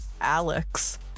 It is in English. Alex